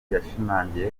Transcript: yashimangiye